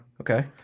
Okay